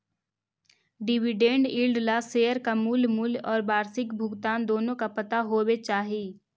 dividend yield ला share का मूल मूल्य और वार्षिक भुगतान दोनों का पता होवे चाही